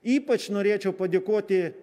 ypač norėčiau padėkoti